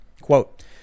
Quote